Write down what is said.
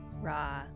raw